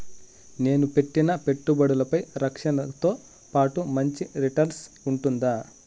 నేను పెట్టిన పెట్టుబడులపై రక్షణతో పాటు మంచి రిటర్న్స్ ఉంటుందా?